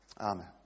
Amen